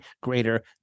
greater